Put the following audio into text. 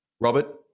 Robert